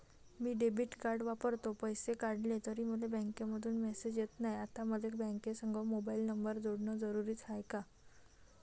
मी debit card वापरतो, पैसे काढले तरी मले बँकेमंधून मेसेज येत नाय, आता मले बँकेसंग मोबाईल नंबर जोडन जरुरीच हाय का?